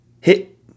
hit